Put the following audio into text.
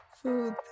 food